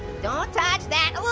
don't touch that.